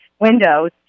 Windows